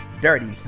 dirty